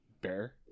bear